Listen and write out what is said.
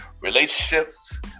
relationships